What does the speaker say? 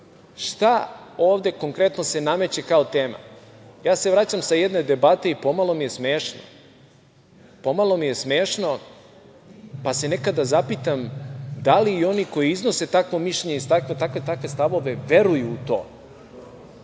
se ovde konkretno nameće kao tema? Ja se vraćam sa jedne debate i pomalo mi je smešno, pa se nekada zapitam da li i oni koji iznose takvo mišljenje i takve stavove veruju u to?